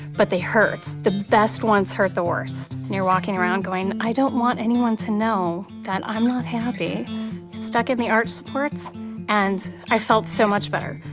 but they hurt. the best ones hurt the worst. you're walking around going, i don't want anyone to know that i'm not happy. i stuck in the arch supports and i felt so much better.